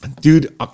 Dude